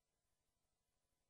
תודה רבה, ההצעה עברה.